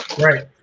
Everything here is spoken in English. Right